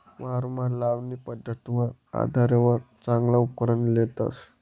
वावरमा लावणी पध्दतवर आधारवर चांगला उपकरण लेतस